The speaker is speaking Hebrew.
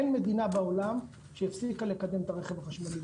אין מדינה בעולם שהפסיקה לקדם את הרכב החשמלי.